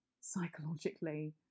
psychologically